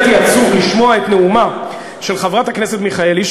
הייתי יותר עצוב לשמוע את נאומה של חברת הכנסת מיכאלי,